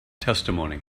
testimony